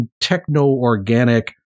techno-organic